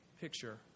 picture